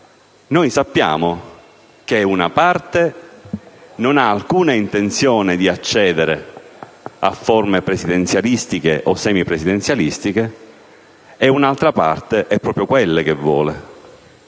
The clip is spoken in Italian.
Noi sappiamo che una parte non ha alcuna intenzione di accedere a forme presidenzialistiche o semipresidenzialistiche e un'altra parte è proprio quelle che vuole.